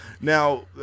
Now